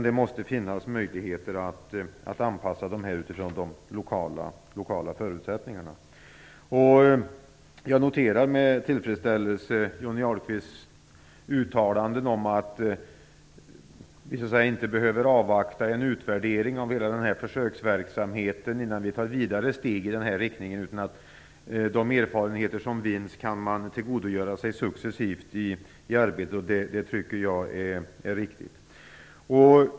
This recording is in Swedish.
Det måste finnas möjligheter att anpassa dem till lokala förutsättningar. Jag noterar med tillfredsställelse Johnny Ahlqvists uttalanden om att vi inte behöver avvakta en utvärdering av hela försöksverksamheten innan vi tar vidare steg i denna riktningen. De erfarenheter som vinns kan man tillgodogöra sig successivt i arbetet. Detta tycker jag är riktigt.